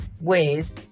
ways